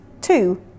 two